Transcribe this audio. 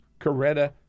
Coretta